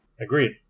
Agreed